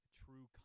true